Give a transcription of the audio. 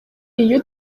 iyo